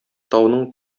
тауның